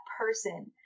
person